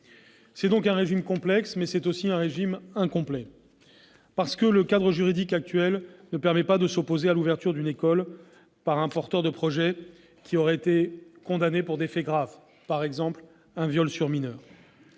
oeuvre. Ce régime complexe est aussi incomplet, parce que le cadre juridique actuel ne permet pas de s'opposer à l'ouverture d'une école par un porteur de projet qui aurait été condamné pour des faits graves, par exemple un viol sur mineur.